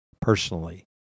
personally